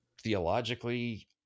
Theologically